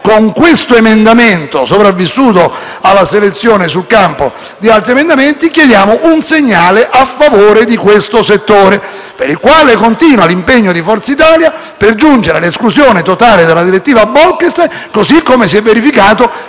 in esame, sopravvissuto alla selezione sul campo a differenza di altri, chiediamo un segnale a favore di tale settore, per il quale continua l'impegno di Forza Italia per giungere alla sua esclusione totale dalla direttiva Bolkestein, così come si è verificato